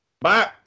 Bye